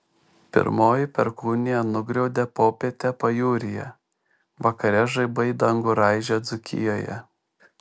pirmoji perkūnija nugriaudė popietę pajūryje vakare žaibai dangų raižė dzūkijoje